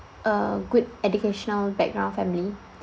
a good educational background family